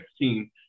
2016